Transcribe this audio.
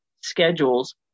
schedules